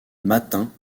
matin